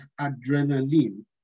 adrenaline